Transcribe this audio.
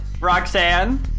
Roxanne